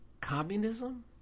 communism